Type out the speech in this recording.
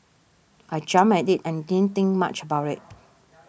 I jumped at it and didn't think much about it